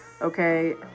Okay